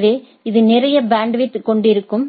எனவே இது நிறைய பேண்ட்வித் கொண்டிருக்கும்